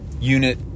unit